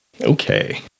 Okay